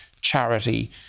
charity